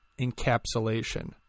encapsulation